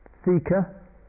seeker